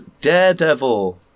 daredevil